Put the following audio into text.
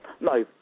No